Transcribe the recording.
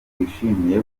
rwishimiye